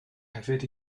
hefyd